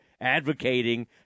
advocating